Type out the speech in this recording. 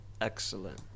Excellent